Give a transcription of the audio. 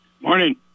Morning